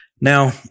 Now